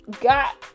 got